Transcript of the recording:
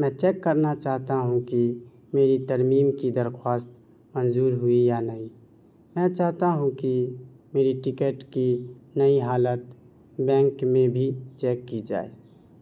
میں چیک کرنا چاہتا ہوں کہ میری ترمیم کی درخواست منظور ہوئی یا نہیں میں چاہتا ہوں کہ میری ٹکٹ کی نئی حالت بینک میں بھی چیک کی جائے